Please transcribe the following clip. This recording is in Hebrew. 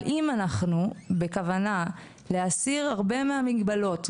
אבל אם אנחנו בכוונה להסיר הרבה מהמגבלות,